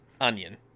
Onion